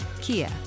Kia